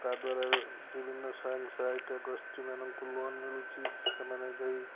ତାଦ୍ୱାରା ବିଭିନ୍ନ ସ୍ୱୟଂ ସହାୟକା ଗୋଷ୍ଠୀ ମାନଙ୍କୁ ଲୋନ୍ ମିଳୁଛି ସେମାନେ ଯାଇ